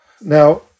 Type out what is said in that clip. Now